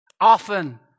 often